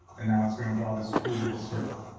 and now it's gonna draw this cool little circle.